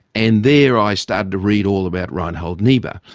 and there i started to read all about reinhold niebuhr.